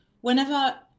whenever